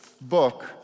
book